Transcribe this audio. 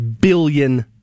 billion